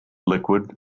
liquid